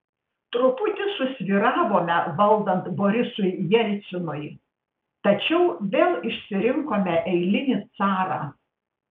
truputį susvyravome valdant borisui jelcinui tačiau vėl išsirinkome eilinį carą